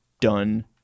done